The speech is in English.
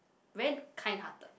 Van kind heart